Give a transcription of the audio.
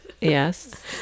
Yes